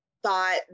thought